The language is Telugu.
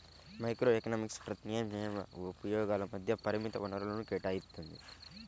మైక్రోఎకనామిక్స్ ప్రత్యామ్నాయ ఉపయోగాల మధ్య పరిమిత వనరులను కేటాయిత్తుంది